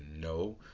no